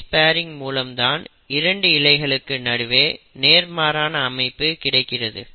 base pairing மூலம் தான் 2 இழைகளுக்கு நடுவே நேர்மாறான அமைப்பு கிடைக்கிறது